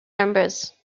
numbers